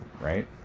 right